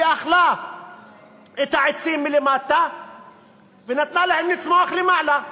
היא אכלה את העצים מלמטה ונתנה להם לצמוח למעלה.